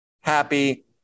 Happy